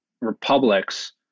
republics